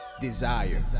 desire